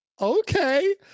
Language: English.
Okay